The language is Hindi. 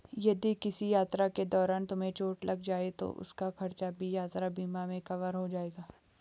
यदि किसी यात्रा के दौरान तुम्हें चोट लग जाए तो उसका खर्च भी यात्रा बीमा में कवर हो जाएगा